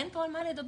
אין פה על מה לדבר,